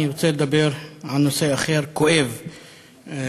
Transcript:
אני רוצה לדבר על נושא אחר, כואב מאוד,